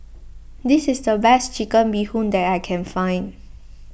this is the best Chicken Bee Hoon that I can find